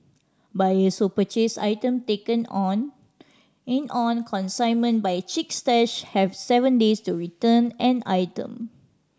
buyers who purchase items taken in on in on consignment by Chic Stash have seven days to return an item